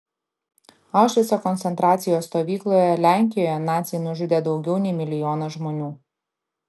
aušvico koncentracijos stovykloje lenkijoje naciai nužudė daugiau nei milijoną žmonių